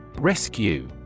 Rescue